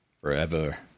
forever